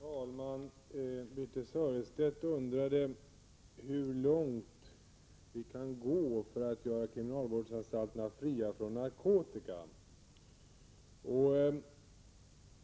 Herr talman! Birthe Sörestedt undrade hur långt vi kan gå för att göra kriminalvårdsanstalterna fria från narkotika.